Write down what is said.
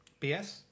BS